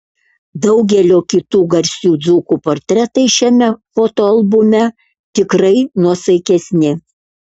daugelio kitų garsių dzūkų portretai šiame fotoalbume tikrai nuosaikesni